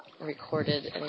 recorded